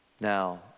now